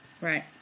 right